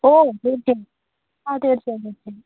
ഓ തീർച്ചയായും ആ തീർച്ചയായും തീർച്ചയായും